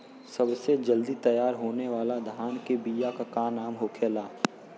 सबसे जल्दी तैयार होने वाला धान के बिया का का नाम होखेला?